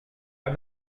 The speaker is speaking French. pas